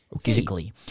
physically